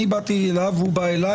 אני באתי אליו והוא בא אליי,